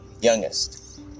youngest